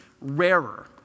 rarer